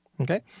okay